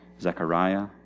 Zechariah